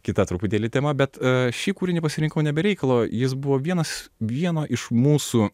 kita truputėlį tema bet šį kūrinį pasirinkau ne be reikalo jis buvo vienas vieno iš mūsų